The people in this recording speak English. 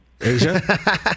Asia